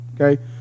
okay